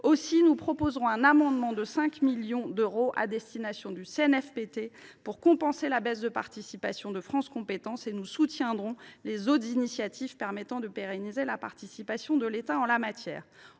Aussi proposerons nous un amendement de 5 millions d’euros à destination du CNFPT visant à compenser la baisse de participation de France Compétences. Nous soutiendrons les autres initiatives permettant de pérenniser la participation de l’État en la matière.